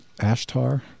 ashtar